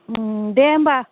दे होनबा